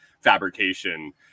fabrication